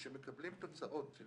שכשמקבלים תוצאות של